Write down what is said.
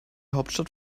hauptstadt